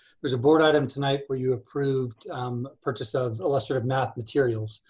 there's a board item tonight where you approved purchase of illustrative math materials.